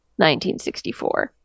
1964